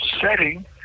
setting